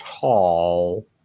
tall